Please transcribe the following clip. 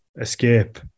escape